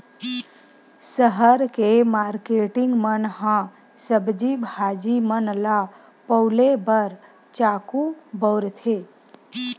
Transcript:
सहर के मारकेटिंग मन ह सब्जी भाजी मन ल पउले बर चाकू बउरथे